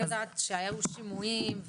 אני יודעת שהיו שימועים,